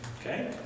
Okay